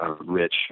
rich